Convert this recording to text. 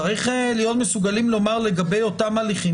צריך להיות מסוגלים לומר לגבי אותם ההליכים